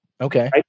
Okay